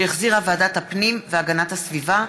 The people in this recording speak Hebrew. שהחזירה ועדת הפנים והגנת הסביבה.